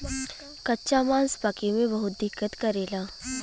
कच्चा मांस पचे में बहुत दिक्कत करेला